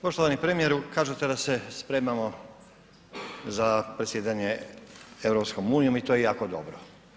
Poštovani premijeru, kažete da se spremamo za predsjedanje EU i to je jako dobro.